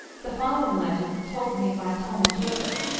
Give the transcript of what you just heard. the following legend, told me by tomah josephs,